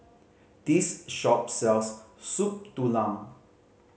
this shop sells Soup Tulang